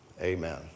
Amen